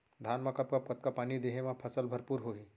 धान मा कब कब कतका पानी देहे मा फसल भरपूर होही?